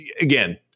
Again